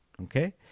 okay,